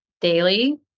daily